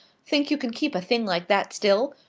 think you can keep a thing like that still?